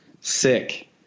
sick